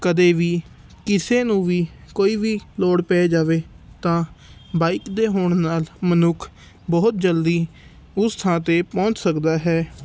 ਕਦੇ ਵੀ ਕਿਸੇ ਨੂੰ ਵੀ ਕੋਈ ਵੀ ਲੋੜ ਪੈ ਜਾਵੇ ਤਾਂ ਬਾਈਕ ਦੇ ਹੋਣ ਨਾਲ ਮਨੁੱਖ ਬਹੁਤ ਜਲਦੀ ਉਸ ਥਾਂ 'ਤੇ ਪਹੁੰਚ ਸਕਦਾ ਹੈ